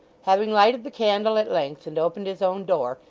having lighted the candle at length and opened his own door,